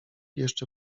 jeszcze